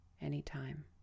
anytime